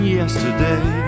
yesterday